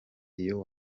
iyo